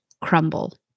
crumble